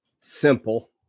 simple